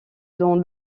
dans